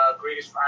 greatest